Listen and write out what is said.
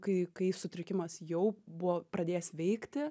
kai kai sutrikimas jau buvo pradėjęs veikti